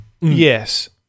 Yes